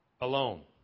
alone